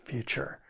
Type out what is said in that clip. Future